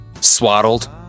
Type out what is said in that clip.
Swaddled